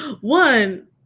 One